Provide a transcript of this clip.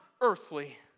earthly